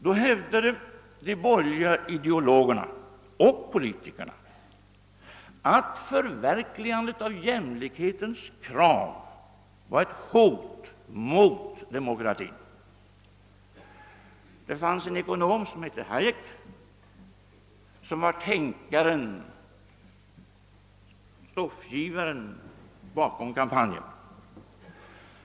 Då hävdade de borgerliga ideologerna och politikerna, att förverkligandet av jämlikhetens krav var ett hot mot demokratin. En ekonom vid namn Hayek var tänkaren bakom kampanjen.